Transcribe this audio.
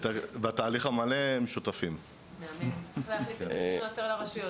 הם שותפים בתהליך המלא.